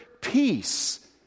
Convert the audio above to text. peace